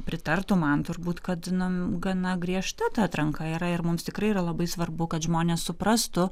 pritartų man turbūt kad na gana griežta atranka yra ir mums tikrai yra labai svarbu kad žmonės suprastų